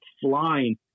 flying